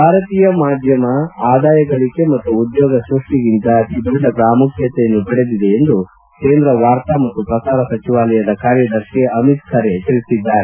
ಭಾರತೀಯ ಮಾಧ್ಯಮ ಆದಾಯ ಗಳಕೆ ಮತ್ತು ಉದ್ಯೋಗ ಸೃಷ್ಷಿಗಿಂತ ಅತೀ ದೊಡ್ಡ ಪ್ರಾಮುಖ್ಯತೆಯನ್ನು ಪಡೆದಿದೆ ಎಂದು ಕೇಂದ್ರ ವಾರ್ತಾ ಮತ್ತು ಪ್ರಸಾರ ಸಚಿವಾಲಯದ ಕಾರ್ಯದರ್ಶಿ ಅಮಿತ್ ಖರೆ ಹೇಳಿದ್ದಾರೆ